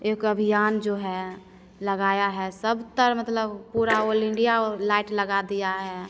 एक अभियान जो है लगाया है सबतर मतलब पूरा ऑल इण्डिया वह लाइट लगा दी है